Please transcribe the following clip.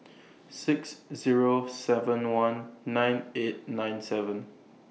six Zero seven one nine eight nine seven